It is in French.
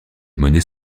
monnaies